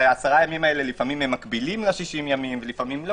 ולפעמים עשרת הימים הללו מקבילים ל-60 ימים ולפעמים לא.